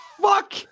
fuck